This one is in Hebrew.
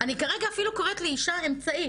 אני כרגע אפילו קוראת לאישה אמצעי.